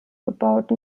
gebaut